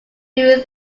doing